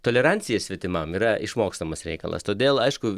tolerancija svetimam yra išmokstamas reikalas todėl aišku